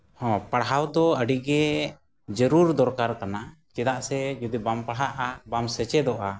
ᱦᱮᱸ ᱯᱟᱲᱦᱟᱣ ᱫᱚ ᱟᱹᱰᱤᱜᱮ ᱡᱟᱹᱨᱩᱲ ᱫᱚᱨᱠᱟᱨ ᱠᱟᱱᱟ ᱪᱮᱫᱟᱜ ᱥᱮ ᱡᱩᱫᱤ ᱵᱟᱢ ᱯᱟᱲᱦᱟᱜᱼᱟ ᱵᱟᱢ ᱥᱮᱪᱮᱫᱚᱜᱼᱟ